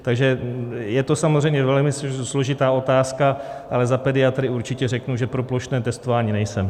Takže je to samozřejmě velmi složitá otázka, ale za pediatry určitě řeknu, že pro plošné testování nejsem.